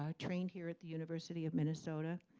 um trained here at the university of minnesota.